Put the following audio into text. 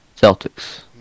Celtics